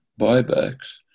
buybacks